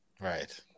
Right